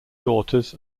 daughters